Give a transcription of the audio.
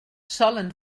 solen